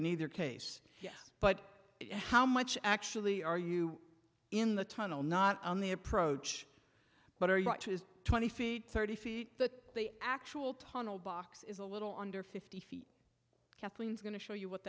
in either case yes but how much actually are you in the tunnel not on the approach but are you got to is twenty feet thirty feet the actual tunnel box is a little under fifty feet kathleen's going to show you what